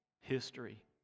history